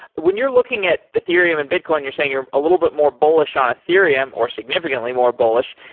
when you're looking at ethereum and bitcoin, you're saying you're a little bit more bullish on ethereum, or significantly more bullish,